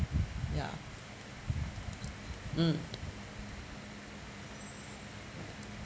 ya mm